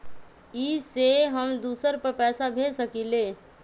इ सेऐ हम दुसर पर पैसा भेज सकील?